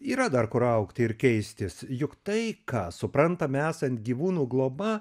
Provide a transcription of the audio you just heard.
yra dar kur augti ir keistis juk tai ką suprantame esant gyvūnų globa